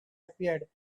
appeared